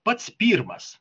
pats pirmas